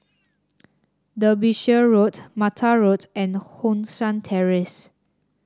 Derbyshire Road Mattar Road and Hong San Terrace